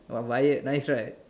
oh wired nice right